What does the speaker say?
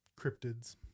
cryptids